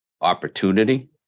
opportunity